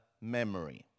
Memory